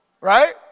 Right